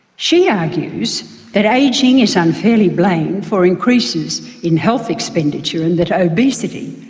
she argues that ageing is unfairly blamed for increases in health expenditure, and that obesity,